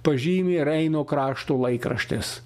pažymi reino krašto laikraštis